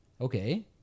Okay